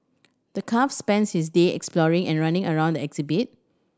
the calf spends his day exploring and running around the exhibit